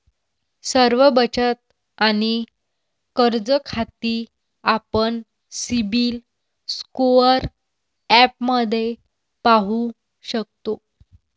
सर्व बचत आणि कर्ज खाती आपण सिबिल स्कोअर ॲपमध्ये पाहू शकतो